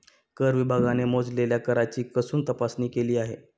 कर विभागाने मोजलेल्या कराची कसून तपासणी केली आहे